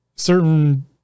certain